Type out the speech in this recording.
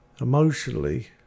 Emotionally